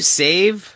save